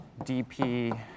dp